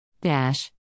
dash